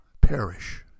perish